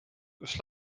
kus